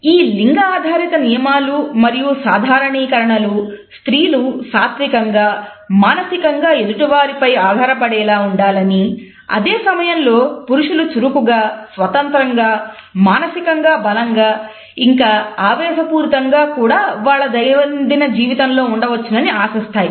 ఈ లింగ ఆధారిత నియమాలు మరియు సాధారణీకరణలు స్త్రీలు సాత్వికంగా మానసికంగా ఎదుటి వారిపై ఆధారపడేలా ఉండాలని అదే సమయంలో పురుషులు చురుకుగా స్వతంత్రంగా మానసికంగా బలంగా ఇంకా ఆవేశపూరితంగా కూడా వారి దైనందిన జీవితంలో ఉండవచ్చునని ఆశిస్థాయి